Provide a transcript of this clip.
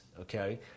okay